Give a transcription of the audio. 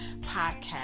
podcast